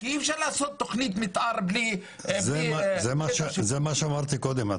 כי אי אפשר לעשות תכנית מתאר בלי --- זה מה שאמרתי קודם.